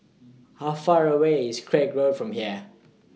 How Far away IS Craig Road from here